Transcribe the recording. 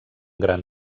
gran